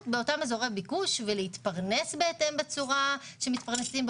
באותם אזורי ביקוש ולהתפרנס בהתאם בצורה שבה מתפרנסים.